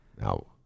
now